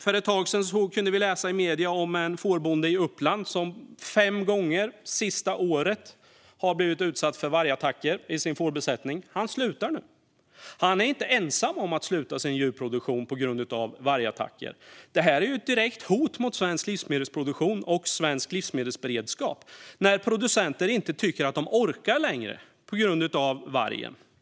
För ett tag sedan kunde vi i medierna läsa om en fårbonde i Uppland som fem gånger under det senaste året blivit utsatt för vargattacker i sin fårbesättning. Han slutar nu. Han är inte ensam om att avsluta sin djurproduktion på grund av vargattacker. Det är ett direkt hot mot svensk livsmedelsproduktion och svensk livsmedelsberedskap när producenter inte tycker att de orkar längre på grund av vargen.